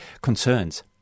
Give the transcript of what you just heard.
concerns